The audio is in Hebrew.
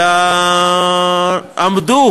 אלא עמדו